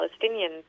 Palestinians